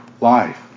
Life